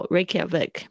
Reykjavik